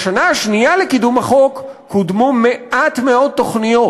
בשנה השנייה לקידום החוק קודמו מעט מאוד תוכניות,